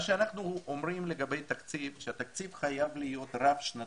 מה שאנחנו אומרים לגבי התקציב שהתקציב חייב להיות רב שנתי,